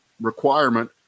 requirement